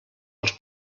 els